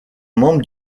membre